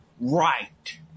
right